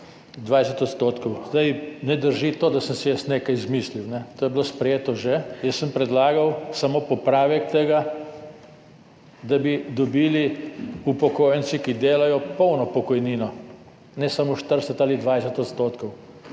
20 %. Ne drži to, da sem si jaz nekaj izmislil, to je bilo že sprejeto. Jaz sem predlagal samo popravek tega, da bi dobili upokojenci, ki delajo, polno pokojnino, ne samo 40 ali 20 %.